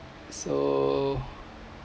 so